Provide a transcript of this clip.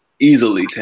Easily